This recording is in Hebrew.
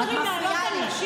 לא אמורים לענות על נשים?